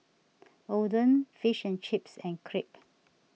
Oden Fish and Chips and Crepe